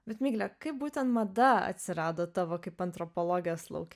bet migle kaip būtent mada atsirado tavo kaip antropologijos lauke